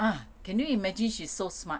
ah can you imagine she's so smart